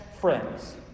friends